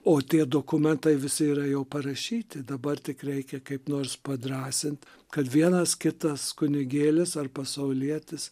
o tie dokumentai visi yra jau parašyti dabar tik reikia kaip nors padrąsint kad vienas kitas kunigėlis ar pasaulietis